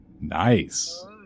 Nice